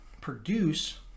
produce